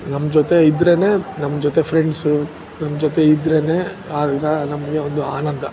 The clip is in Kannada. ನಮ್ಮ ಜೊತೆ ಇದ್ದರೇ ನಮ್ಮ ಜೊತೆ ಫ್ರೆಂಡ್ಸು ನಮ್ಮ ಜೊತೆ ಇದ್ದರೇ ಆಗ ನಮಗೆ ಒಂದು ಆನಂದ